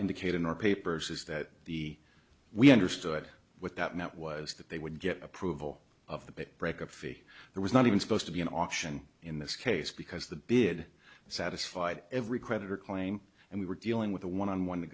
indicated in our papers is that the we understood what that meant was that they would get approval of the big break up fee there was not even supposed to be an option in this case because the bid satisfied every creditor claim and we were dealing with a one on one